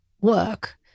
work